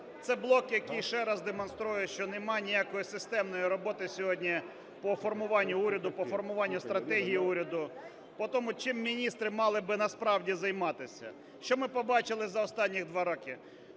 це блок, який ще раз демонструє, що нема ніякої системної роботи сьогодні по формуванню уряду, по формуванню стратегії уряду, по тому, чим міністри мали б насправді займатися. Що ми побачили за останні два роки?